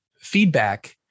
feedback